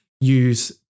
Use